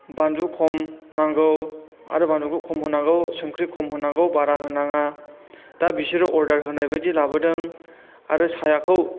बानलु खम नांगौ आरो बानलुखौ खम होनांगौ संख्रि खम होनांगौ बारा होनाङा दा बिसोरो अर्डार होनायबायदि लाबोदों आरो साहाखौ